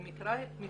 אני מכירה מקרה